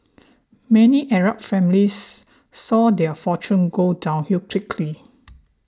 many Arab families saw their fortunes go downhill quickly